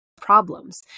problems